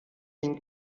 ging